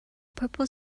purple